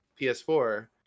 ps4